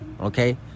Okay